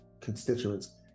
constituents